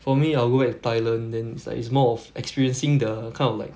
for me I'll go back to thailand then it's like it's more of experiencing the kind of like